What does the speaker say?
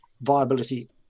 viability